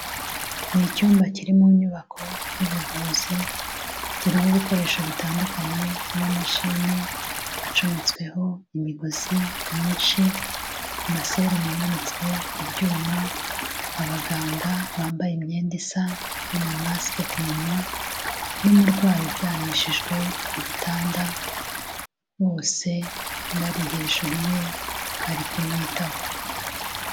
Ni icyumba kiri mu inyubako, y'ubuvuzi, kirimo ibikoresho bitandukanye n'amamashini, acometsweho, imigozi, myinshi, amaseromo amanitswe, ku ibyuma, abaganga, bambaye imyenda isa, n'amamasike ku umunwa, n'umurwayi uryamishijwe, ku igitanda, bose, bari hejuru ye, bari kumwitaho.